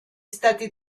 stati